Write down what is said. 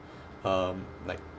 um like